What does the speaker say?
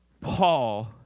Paul